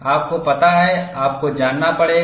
आपको पता है आपको जानना पड़ेगा